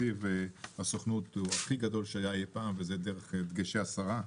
תקציב הסוכנות הוא הכי גדול שהיה אי פעם ואלה הדגשי השרה.